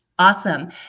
Awesome